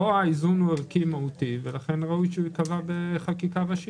פה האיזון הוא ערכי-מהותי ולכן ראוי שהוא ייקבע בחקיקה ראשית.